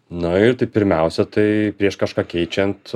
na ir tai pirmiausia tai prieš kažką keičiant